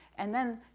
and then,